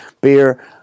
beer